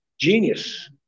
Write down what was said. Genius